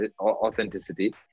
authenticity